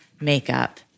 makeup